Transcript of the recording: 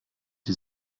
die